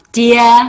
dear